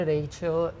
Rachel